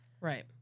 Right